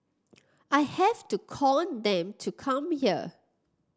I have to con them to come here